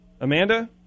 Amanda